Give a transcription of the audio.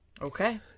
Okay